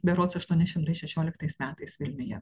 berods aštuoni šimtai šešioliktais metais vilniuje